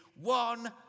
one